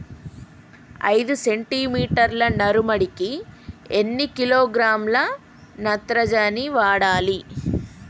ఐదు సెంటి మీటర్ల నారుమడికి ఎన్ని కిలోగ్రాముల నత్రజని వాడాలి?